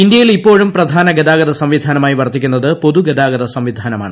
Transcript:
ഇന്തൃയിൽ ഇപ്പോഴും പ്രധാന ഗതാഗത സംവിധാനമായി വർത്തിക്കുന്നത് പൊതുഗതാഗത സംവിധാനമാണ്